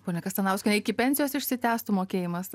ponia kastanauskienė iki pensijos išsitęstų mokėjimas